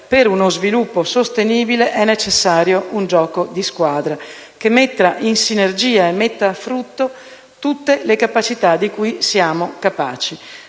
per uno sviluppo sostenibile è necessario un gioco di squadra, che metta in sinergia e a frutto tutte le capacità che abbiamo.